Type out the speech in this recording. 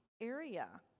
area